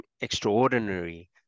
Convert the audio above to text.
extraordinary